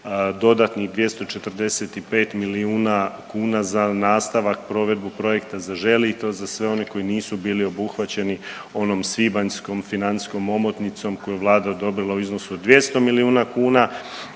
dodanih 245 milijuna kuna za nastavak, provedbu projekta „Zaželi“ i to za sve one koji nisu bili obuhvaćeni onom svibanjskom financijskom omotnicom koju je Vlada odobrila u iznosu od 200 milijuna kuna,